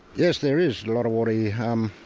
yes, there is a lot of water yeah here. um